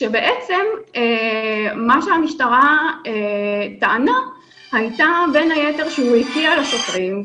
כשבעצם המשטרה טענה בין היתר שהוא הקיא על השוטרים,